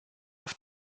auf